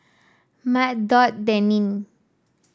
Mal Dot Denine